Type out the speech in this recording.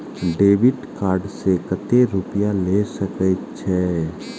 Debit card से कतेक रूपया ले सके छै?